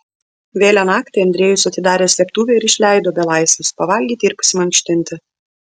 vėlią naktį andrejus atidarė slėptuvę ir išleido belaisvius pavalgyti ir pasimankštinti